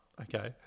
okay